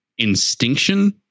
Instinction